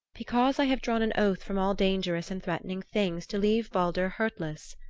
because i have drawn an oath from all dangerous and threatening things to leave baldur hurtless,